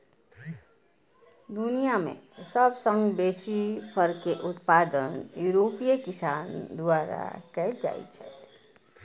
दुनिया मे सबसं बेसी फर के उत्पादन यूरोपीय किसान द्वारा कैल जाइ छै